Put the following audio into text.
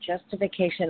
justification